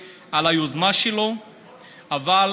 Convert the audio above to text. ובאמת,